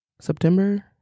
September